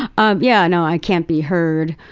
um yeah no. i can't be heard.